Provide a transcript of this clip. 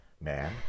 man